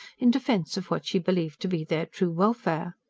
in defence of what she believed to be their true welfare.